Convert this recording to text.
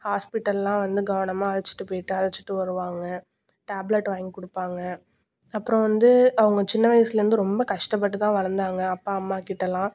ஹாஸ்பிட்டல்லாம் வந்து கவனமா அழச்சிட்டு போயிட்டு அழச்சிட்டு வருவாங்க டேப்லெட் வாங்கி கொடுப்பாங்க அப்புறோம் வந்து அவங்க சின்ன வயசுலேருந்து ரொம்ப கஷ்டப்பட்டு தான் வளர்ந்தாங்க அப்பா அம்மாக்கிட்டலாம்